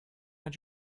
did